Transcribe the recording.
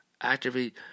Activate